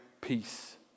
peace